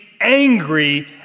angry